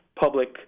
public